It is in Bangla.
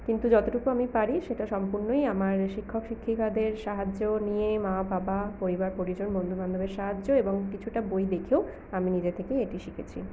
কিন্তু যতটুকু আমি পারি সেটা সম্পূর্ণই আমার শিক্ষক শিক্ষিকাদের সাহায্য নিয়ে মা বাবা পরিবার পরিজন বন্ধু বান্ধবের সাহায্য এবং কিছুটা বই দেখেও আমি নিজে থেকেই এটি শিখেছি